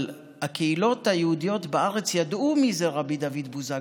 אבל הקהילות היהודיות בארץ ידעו מי זה רבי דוד בוזגלו,